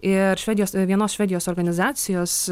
ir švedijos vienos švedijos organizacijos